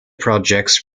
projects